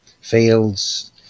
fields